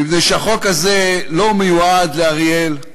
מפני שהחוק הזה לא מיועד לאריאל,